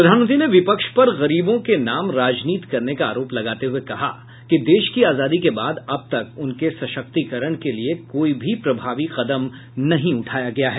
प्रधानमंत्री ने विपक्ष पर गरीबों के नाम राजनीति करने का आरोप लगाते हुये कहा कि देश की आजादी के बाद अब तक उनके सशक्तिकरण के लिए कोई भी प्रभावी कदम नहीं उठाया गया है